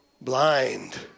blind